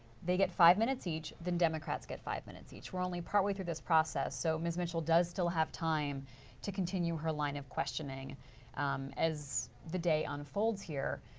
they get five minutes each, then democrats get five minutes each. we are only part way through this process so ms. mitchell does have time to continue her line of questioning as the day unfolds here.